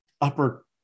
upper